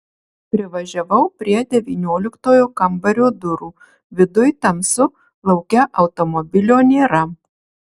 privažiavau prie devynioliktojo kambario durų viduj tamsu lauke automobilio nėra